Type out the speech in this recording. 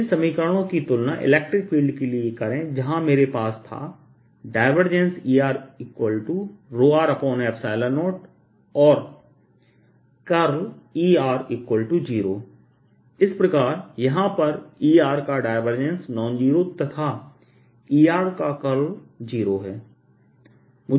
इन समीकरणों की तुलना इलेक्ट्रिक फील्ड के लिए करें जहां मेरे पास था Er0 और Er0 है इस प्रकार यहां पर Er का डायवर्जेंस नॉन जीरो तथा Er का कर्ल जीरो है